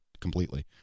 completely